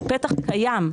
הוא פתח קיים,